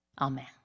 Amen